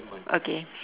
okay